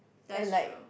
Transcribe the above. that's true